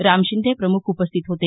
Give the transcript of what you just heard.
राम शिंदे प्रमुख उपस्थित होते